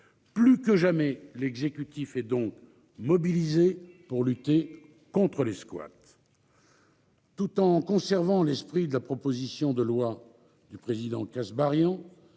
Plus que jamais, l'exécutif et donc mobilisés pour lutter contre les squats. Tout en en conservant l'esprit de la proposition de loi du président Kasbarian